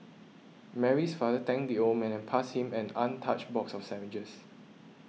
Mary's father thanked the old man and passed him an untouched box of sandwiches